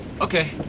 Okay